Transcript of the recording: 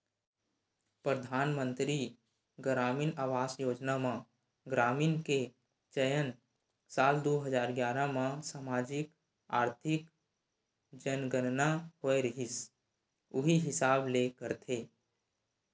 परधानमंतरी गरामीन आवास योजना म ग्रामीन के चयन साल दू हजार गियारा म समाजिक, आरथिक जनगनना होए रिहिस उही हिसाब ले करथे